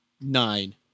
nine